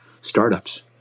startups